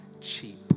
cheap